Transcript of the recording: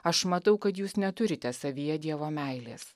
aš matau kad jūs neturite savyje dievo meilės